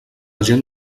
gent